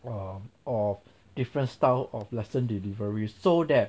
um of different style of lesson delivery so that